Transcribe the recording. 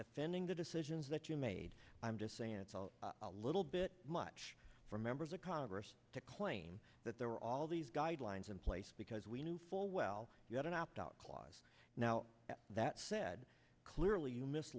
defending the decisions that you made i'm just saying it's a little bit much for members of congress to claim that there were all these guidelines in place because we knew full well you had an opt out clause now that said clearly you mis